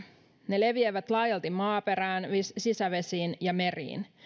ne leviävät laajalti maaperään sisävesiin ja meriin